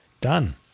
Done